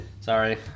Sorry